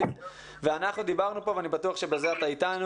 אנחנו דיברנו כאן - ואני בטוח שבזה אתה אתנו